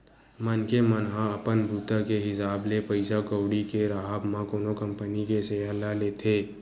मनखे मन ह अपन बूता के हिसाब ले पइसा कउड़ी के राहब म कोनो कंपनी के सेयर ल लेथे